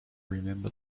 remember